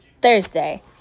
thursday